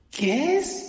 guess